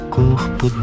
corpo